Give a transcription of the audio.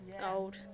gold